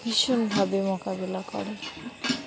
ভীষণভাবে মোকাবেলা করে